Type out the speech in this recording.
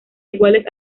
iguales